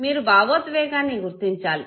మీరు భావోద్వేగాన్ని గుర్తించాలి